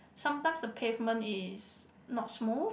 sometimes the pavement is not smooth